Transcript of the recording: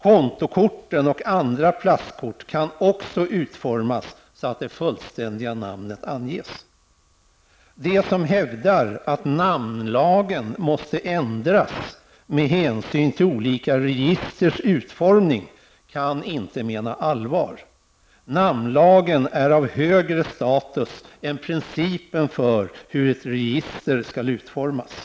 Kontokort och andra plastkort kan också utformas så att det fullständiga namnet anges. De som hävdar att namnlagen måste ändras med hänsyn till olika registers utformning kan inte mena allvar. Namnlagen är av högre status än principen för hur ett register skall utformas.